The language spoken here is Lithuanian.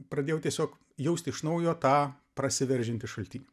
pradėjau tiesiog jausti iš naujo tą prasiveržiantį šaltinį